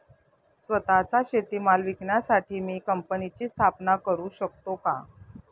स्वत:चा शेतीमाल विकण्यासाठी मी कंपनीची स्थापना करु शकतो का?